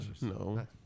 No